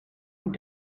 und